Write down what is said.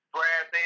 Brad